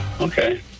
Okay